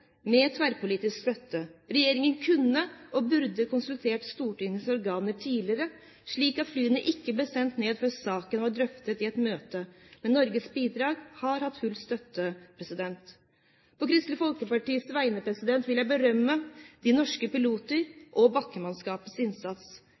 med tverrpolitisk støtte. Regjeringen kunne og burde konsultert Stortingets organer tidligere, slik at flyene ikke ble sendt ned før saken var drøftet i et møte. Men Norges bidrag har hatt full støtte. På Kristelig Folkepartis vegne vil jeg berømme de norske